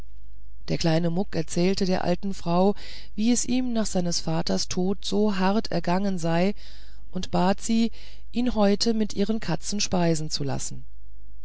der kleine muck erzählte der alten frau wie es ihm nach seines vaters tod so hart ergangen sei und bat sie ihn heute mit ihren katzen speisen zu lassen